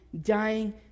dying